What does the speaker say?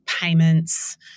payments